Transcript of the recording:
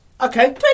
Okay